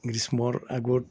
গ্ৰীষ্মৰ আগত